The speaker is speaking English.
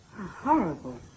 Horrible